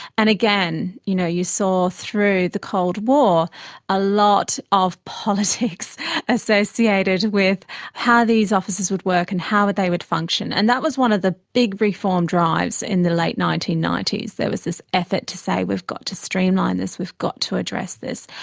and again, you know you saw through the cold war a lot of politics associated with how these officers would work and how they would function. and that was one of the big reform drives in the late nineteen ninety s, there was this effort is to say we've got to streamline this, we've got to address this.